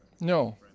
no